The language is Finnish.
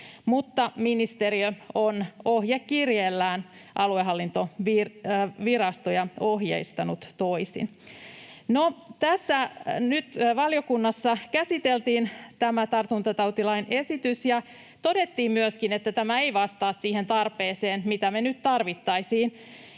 ollut — ministeriö on ohjekirjeellään aluehallintovirastoja ohjeistanut toisin. Valiokunnassa käsiteltiin tämä tartuntatautilakiesitys ja todettiin myöskin, että tämä ei vastaa siihen tarpeeseen, mitä me nyt tarvittaisiin,